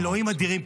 אלוהים אדירים,